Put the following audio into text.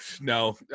no